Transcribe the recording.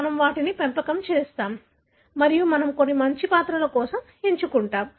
మనము వాటిని పెంపకం చేస్తాము మరియు మనము కొన్ని మంచి పాత్రల కోసం ఎంచుకున్నాము